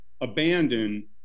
abandon